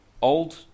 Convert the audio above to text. old